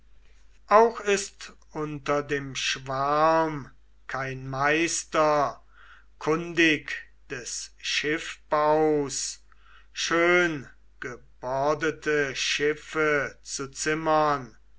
auch ist unter dem schwarm kein meister kundig des schiffbaus schöngebordete schiffe zu zimmern